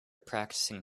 practicing